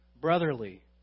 brotherly